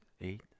Eight